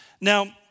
Now